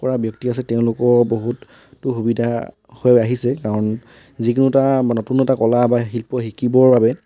কৰা ব্যক্তি আছে তেওঁলোকৰো বহুতো সুবিধা হৈ আহিছে কাৰণ যিকোনো এটা মানে নতুন এটা কলা বা শিল্প শিকিবৰ বাবে